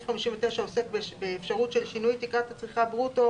עוסק באפשרות של שינוי תקרת הצריכה ברוטו